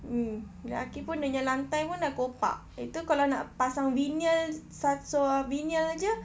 mm bilik aqi pun dia punya lantai pun dah kopak itu kalau nak pasang vinyl sa~ so~ vinyl sahaja